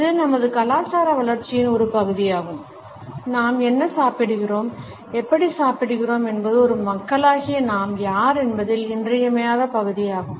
இது நமது கலாச்சார வளர்ச்சியின் ஒரு பகுதியாகும் நாம் என்ன சாப்பிடுகிறோம் எப்படி சாப்பிடுகிறோம் என்பது ஒரு மக்களாகிய நாம் யார் என்பதில் இன்றியமையாத பகுதியாகும்